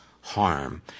harm